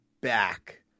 back